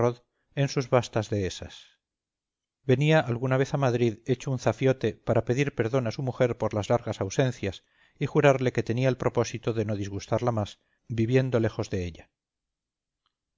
en sus vastas dehesas venía alguna vez a madrid hecho un zafiote para pedir perdón a su mujer por las largas ausencias y jurarle que tenía el propósito de no disgustarla más viviendo lejos de ella